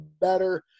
better